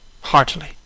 heartily